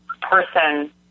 person